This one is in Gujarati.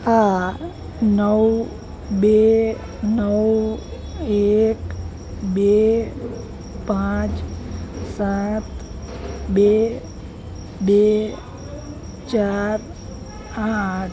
આ નવ બે નવ એક બે પાંચ સાત બે બે ચાર આઠ